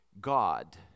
God